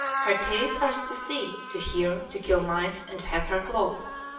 her teithe are to see, to hear, to kill mice, and to have her claws.